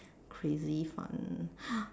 crazy fun